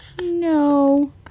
No